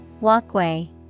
Walkway